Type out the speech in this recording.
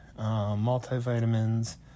multivitamins